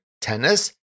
tennis